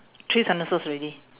three sentences already